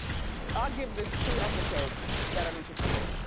i'll give this two episodes that i'm interested in.